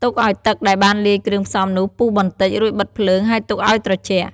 ទុកឲ្យទឹកដែលបានលាយគ្រឿងផ្សំនោះពុះបន្តិច រួចបិទភ្លើង ហើយទុកឲ្យត្រជាក់។